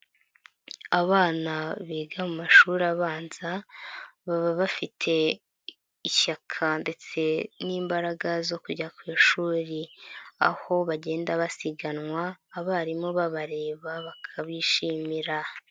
Abana biga mu mashuri abanza, baba bafite ishyaka ndetse n'imbaraga zo kujya ku ishuri, aho bagenda basiganwa, abarimu babareba bakabishimira.